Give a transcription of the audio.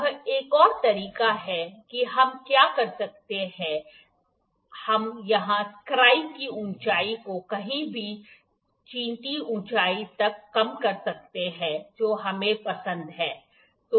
यह एक और तरीका है कि हम क्या कर सकते हैं हम यहां स्क्राइब की ऊंचाई को कहीं भी चींटी ऊंचाई तक कम कर सकते हैं जो हमें पसंद है